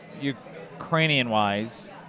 Ukrainian-wise